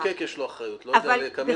בכל מקרה, אני רוצה שיהיה ברור